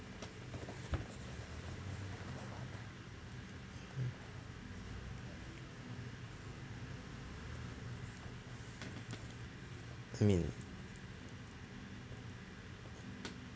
I mean